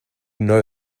know